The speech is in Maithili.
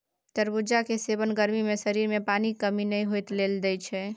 तरबुजा केर सेबन गर्मी मे शरीर मे पानिक कमी नहि होइ लेल दैत छै